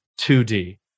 2D